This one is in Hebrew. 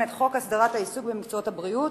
את חוק הסדרת העיסוק במקצועות הבריאות,